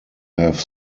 have